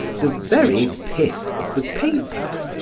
the very pith of the paper.